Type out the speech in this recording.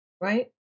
Right